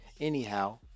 Anyhow